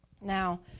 Now